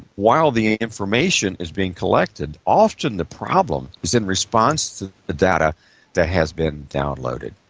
while the information is being collected, often the problem is in response to the data that has been downloaded.